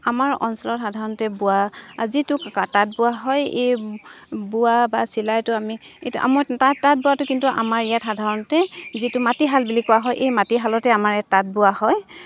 আমাৰ অঞ্চলত সাধাৰণতে বোৱা যিটো তাঁত বোৱা হয় এই বোৱা বা চিলাইটো আমি এইটো আমাৰ তাঁত তাঁত বোৱাটো কিন্তু আমাৰ ইয়াত সাধাৰণতে যিটো মাটিশাল বুলি কোৱা হয় এই মাটিশালতে আমাৰ ইয়াত তাঁত বোৱা হয়